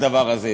הדבר הזה.